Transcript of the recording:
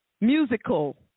Musical